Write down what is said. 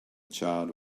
child